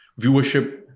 viewership